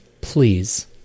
please